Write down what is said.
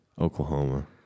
Oklahoma